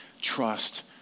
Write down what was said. trust